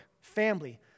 family